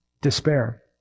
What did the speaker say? Despair